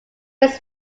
his